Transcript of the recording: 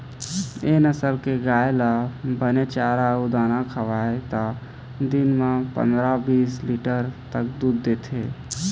ए नसल के गाय ल बने चारा अउ दाना खवाबे त दिन म पंदरा, बीस लीटर तक दूद देथे